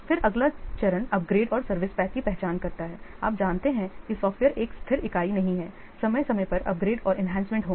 फिर अगला चरण अपग्रेड और सर्विस पैक की पहचान करता है आप जानते हैं कि सॉफ्टवेयर एक स्थिर इकाई नहीं है समय समय पर अपग्रेड और एन्हांसमेंट होंगे